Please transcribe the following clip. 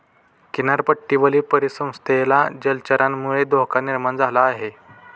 किनारपट्टीवरील परिसंस्थेला जलचरांमुळे धोका निर्माण झाला आहे